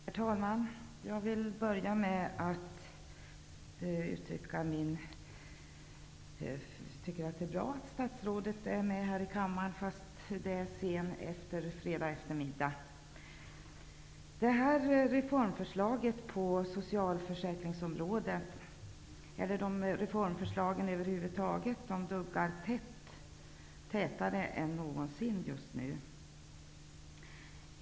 Herr talman! Jag vill börja med att säga att det är bra att statsrådet är med här i kammaren, fastän det är sen fredag eftermiddag. Reformförslagen på socialförsäkringsområdet duggar nu tätt, tätare än någonsin.